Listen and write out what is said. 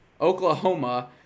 Oklahoma